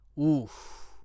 Oof